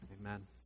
Amen